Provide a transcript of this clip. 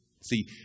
See